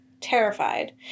terrified